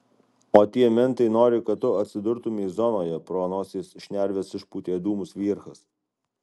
o tie mentai nori kad tu atsidurtumei zonoje pro nosies šnerves išpūtė dūmus vierchas